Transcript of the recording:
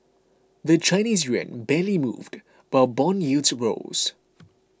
the Chinese yuan barely moved but bond yields rose